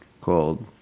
called